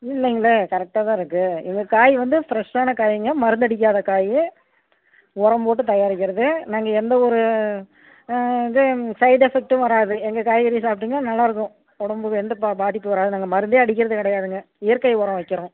இல்லைங்களே கரெக்டாக தான் இருக்கு எங்கள் காய் வந்து ஃப்ரெஷ்ஷான காய்ங்க மருந்து அடிக்காத காய் உரம் போட்டு தயாரிக்கிறது நாங்கள் எந்த ஒரு இது சைட் எஃபெக்ட்டும் வராது எங்கள் காய்கறியை சாப்பிட்டிங்கன்னா நல்லா இருக்கும் உடம்புக்கு எந்த பா பாதிப்பும் வராது நாங்கள் மருந்தே அடிக்கிறது கிடையாதுங்க இயற்கை உரம் வைக்கிறோம்